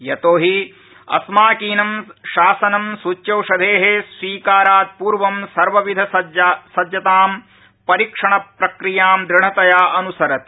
यतोहि अस्माकीनं शासनं सृच्यौषधे स्वीकारात्पूर्वं सर्वविधसज्जानां परिक्षणप्रक्रियां दृढतया अनुसरति